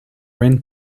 rent